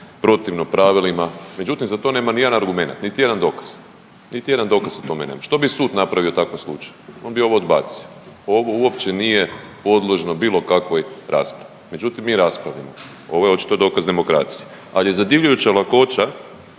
protivno pravilima, međutim za to nema ni jedan argumenat, niti jedan dokaz, niti jedan dokaz o tome nema. Što bi sud napravio u takvom slučaju? On bi ovo odbacio. Ovo uopće nije podložno bilo kakvoj raspravi. Međutim mi raspravljamo. Ovo je očito dokaz demokracije, ali je zadivljujuća lakoća